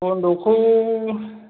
बन्द'कखौ